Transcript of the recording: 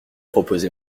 proposé